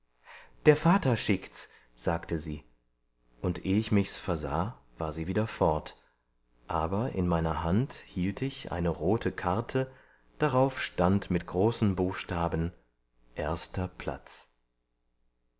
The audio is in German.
der vater schickt's sagte sie und eh ich mich's versah war sie wieder fort aber in meiner hand hielt ich eine rote karte darauf stand mit großen buchstaben erster platz